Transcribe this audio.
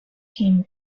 him